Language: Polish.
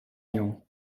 nią